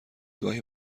گاهی